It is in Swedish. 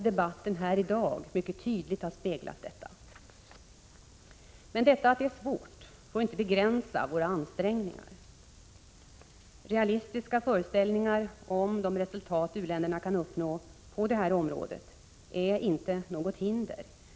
Debatten här i dag har mycket tydligt speglat detta. Men det får inte begränsa våra ansträngningar. Realistiska föreställningar om de resultat u-länderna kan uppnå på detta område är inte något hinder.